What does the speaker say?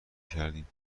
کردیم